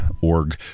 org